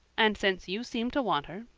and since you seem to want her,